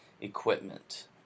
equipment